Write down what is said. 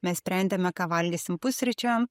mes sprendėme ką valgysim pusryčiam